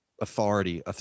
authority